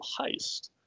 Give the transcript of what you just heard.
heist